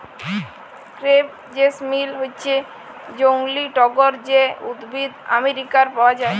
crepe jasmine হচ্যে জংলী টগর যে উদ্ভিদ আমেরিকায় পাওয়া যায়